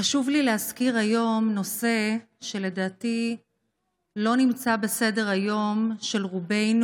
חשוב לי להזכיר היום נושא שלדעתי לא נמצא על סדר-היום של רובנו.